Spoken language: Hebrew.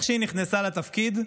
ברגע שנכנסה לתפקיד,